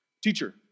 teacher